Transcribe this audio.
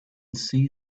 see